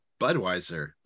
Budweiser